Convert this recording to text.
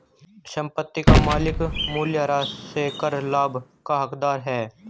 संपत्ति का मालिक मूल्यह्रास से कर लाभ का हकदार है